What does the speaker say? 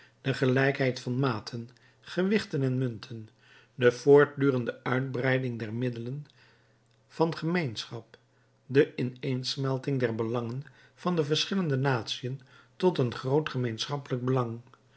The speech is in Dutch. de gelijkheid van maten gewichten en munten de voortdurende uitbreiding der middelen van gemeenschap de ineensmelting der belangen van de verschillende natiën tot een groot gemeenschappelijk belang